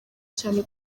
cyane